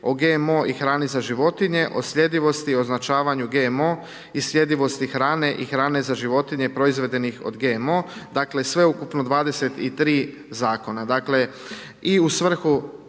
o GMO i hrani za životinje, o sljedivosti i označavanju GMO i sljedivosti hrane i hrane za životinje proizvedenih od GMO, dakle sveukupno 23 zakona.